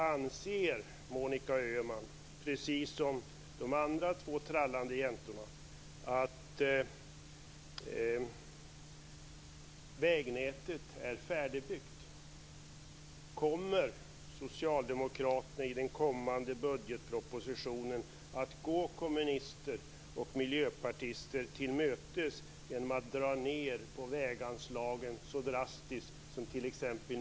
Anser Monica Öhman, precis som de andra två trallande jäntorna, att vägnätet är färdigbyggt? Kommer Socialdemokraterna i den kommande budgetpropositionen att gå kommunister och miljöpartister till mötes genom att dra ned på väganslagen så drastiskt som t.ex.